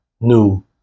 new